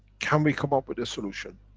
can we come up with a solution?